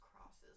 crosses